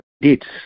deeds